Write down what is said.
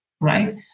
right